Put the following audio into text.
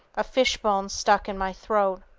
a fishbone stuck in my throat.